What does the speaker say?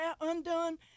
undone